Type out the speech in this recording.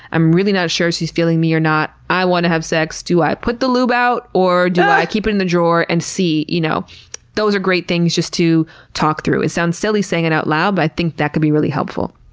i'm really not sure if she's feeling me or not. i want to have sex. do i put the lube out or do i keep it in the drawer and see? you know those are great things just to talk through. it sounds silly saying it out loud, but i think that can be really helpful.